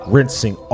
Rinsing